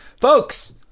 folks